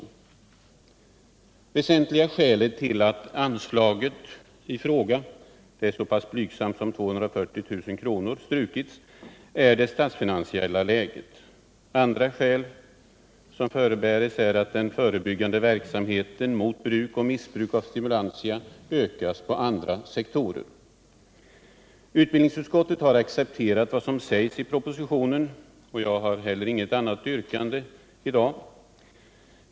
Det väsentliga skälet till att anslaget — det är så pass blygsamt som 240 000 kr. — strukits är det statsfinansiella läget. Andra skäl som förebärs är att den förebyggande verksamheten mot bruk och missbruk av stimulantia ökas på andra sektorer. Utbildningsutskottet har accepterat vad som sägs i propositionen, och jag har heller inget annat yrkande.